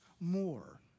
more